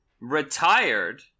retired